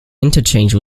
interchange